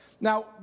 Now